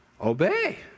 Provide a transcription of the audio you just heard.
Obey